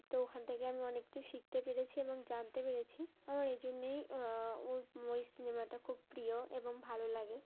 তো ওখান থেকে আমি অনেক কিছু শিখতে পেরেছি এবং জানতে পেরেছি আমার এই জন্যেই ওই ওই সিনেমাটা খুব প্রিয় এবং ভালো লাগে